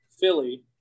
Philly